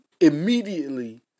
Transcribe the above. Immediately